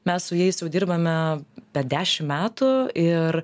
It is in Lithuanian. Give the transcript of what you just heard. mes su jais jau dirbame per dešim metų ir